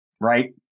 right